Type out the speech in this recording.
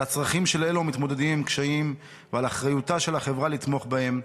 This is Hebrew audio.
על הצרכים של המתמודדים עם קשיים ועל אחריותה של החברה לתמוך בהם,